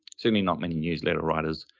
certainly not many newsletter writers.